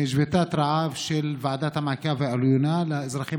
עם שביתת רעב של ועדת המעקב העליונה של האזרחים